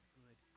good